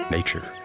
Nature